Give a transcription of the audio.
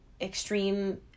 extreme